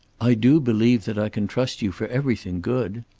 i do believe that i can trust you for everything good.